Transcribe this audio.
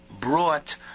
brought